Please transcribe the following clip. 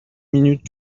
minutes